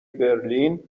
برلین